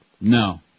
No